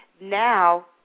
Now